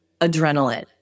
adrenaline